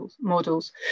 models